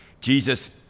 Jesus